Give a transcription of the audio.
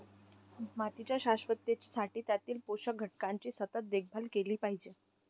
मातीच्या शाश्वततेसाठी त्यातील पोषक घटकांची सतत देखभाल केली पाहिजे